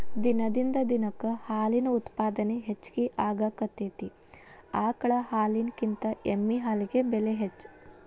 ದಿನದಿಂದ ದಿನಕ್ಕ ಹಾಲಿನ ಉತ್ಪಾದನೆ ಹೆಚಗಿ ಆಗಾಕತ್ತತಿ ಆಕಳ ಹಾಲಿನಕಿಂತ ಎಮ್ಮಿ ಹಾಲಿಗೆ ಬೆಲೆ ಹೆಚ್ಚ